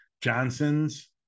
Johnson's